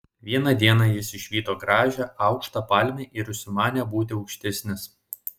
vieną dieną jis išvydo gražią aukštą palmę ir užsimanė būti aukštesnis